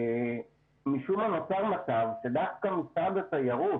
משום מה נוצר מצב שדווקא משרד התיירות